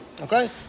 Okay